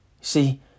See